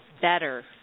better